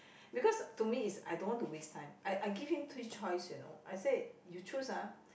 because to me it's I don't want to waste time I I give him three choice you know I said you choose ah